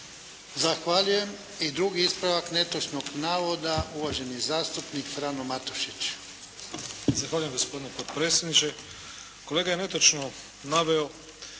Zahvaljujem. I drugi ispravak netočnog navoda uvaženi zastupnik Frano Matušić. **Matušić, Frano (HDZ)** Zahvaljujem gospodine potpredsjedniče. Kolega je netočno naveo